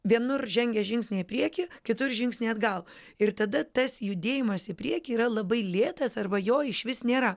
vienur žengia žingsnį į priekį kitur žingsnį atgal ir tada tas judėjimas į priekį yra labai lėtas arba jo išvis nėra